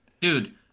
Dude